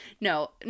No